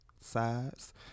sides